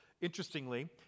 Interestingly